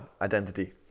identity